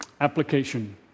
application